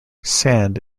sand